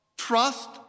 Trust